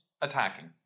attacking